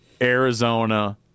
arizona